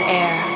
air